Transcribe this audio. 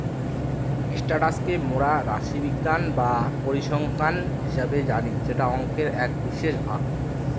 status কে মোরা রাশিবিজ্ঞান বা পরিসংখ্যান হিসেবে জানি যেটা অংকের এক বিশেষ ভাগ